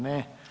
Ne.